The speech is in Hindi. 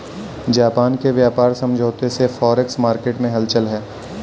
जापान के व्यापार समझौते से फॉरेक्स मार्केट में हलचल है